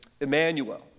Emmanuel